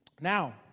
Now